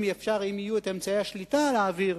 אם יהיו אמצעי השליטה על האוויר,